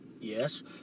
Yes